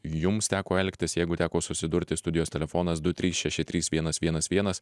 jums teko elgtis jeigu teko susidurti studijos telefonas du trys šeši trys vienas vienas vienas